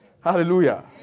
Hallelujah